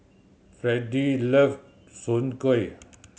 Fredy love Soon Kueh